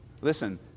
Listen